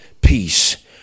peace